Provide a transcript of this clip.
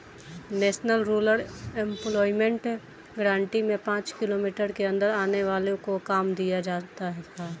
national rural employment guarantee में पांच kilometre के अंदर आने वालो को काम दिया जाता था